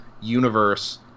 universe